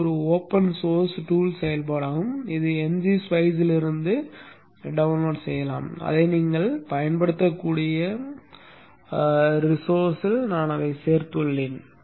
இது ஒரு open source tool செயல்பாடாகும் இது n g spice இலிருந்து பதிவிறக்கம் செய்யப்படலாம் ஆனால் நீங்கள் அதைப் பயன்படுத்தக்கூடிய ஆதாரத்தில் நான் அதைச் சேர்த்துள்ளேன்